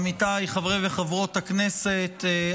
עמיתיי חברי וחברות הכנסת,